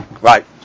Right